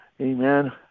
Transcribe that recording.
amen